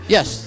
Yes